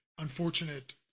unfortunate